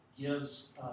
gives